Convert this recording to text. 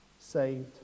Saved